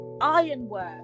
ironwork